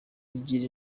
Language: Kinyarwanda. kugira